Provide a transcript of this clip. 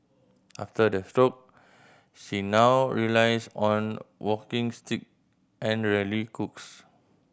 after the stroke she now relies on walking stick and rarely cooks